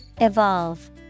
Evolve